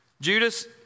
Judas